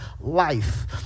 life